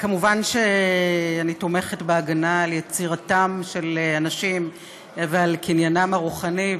מובן שאני תומכת בהגנה על יצירתם של אנשים ועל קניינם הרוחני,